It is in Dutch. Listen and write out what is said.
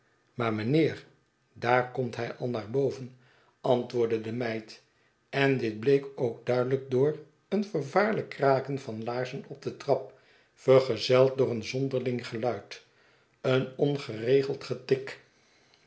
maar mijnheer daarkomt hij al naar boven antwoordde de meid en dit bleek ook duidelijk door een vervaarlijk kraken van laarzen op de trap vergezeld door een zonderling geluid een ongeregeld getik